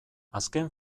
azken